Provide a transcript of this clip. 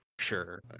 Sure